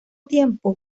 tiempo